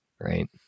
right